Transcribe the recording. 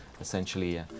essentially